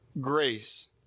grace